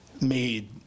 made